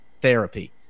Therapy